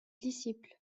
disciples